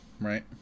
right